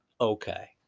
Okay